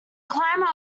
climate